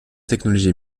technologie